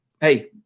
hey